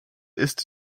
ist